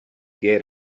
get